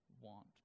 want